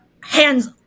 hands